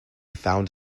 found